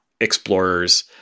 explorers